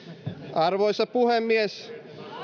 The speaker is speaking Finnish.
arvoisa puhemies